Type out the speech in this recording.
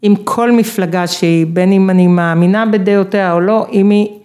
עם כל מפלגה שהיא בין אם אני מאמינה בדעותיה או לא אם היא